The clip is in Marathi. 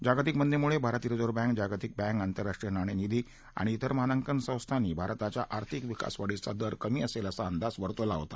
जागतिक मंदीमुळे भारतीय रिझर्व्ह बैंक जागतिक बैंक आतंरराष्ट्रीय नाणेनिधी आणि त्रेर मानांकन संस्थांनी भारताच्या आर्थिक विकासवाढीचा दर कमी असेल असा अंदाज वर्तवला होता